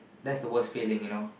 that's the worst feeling you know